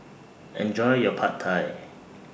Enjoy your Pad Thai